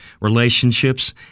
relationships